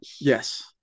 Yes